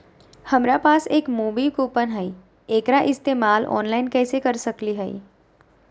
हमरा पास एक मूवी कूपन हई, एकरा इस्तेमाल ऑनलाइन कैसे कर सकली हई?